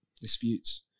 disputes